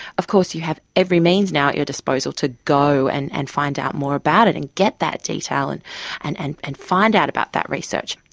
of course you have every means now at your disposal to go and and find out more about it and get that detail and and and and find out about that research.